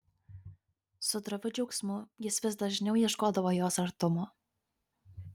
su droviu džiaugsmu jis vis dažniau ieškodavo jos artumo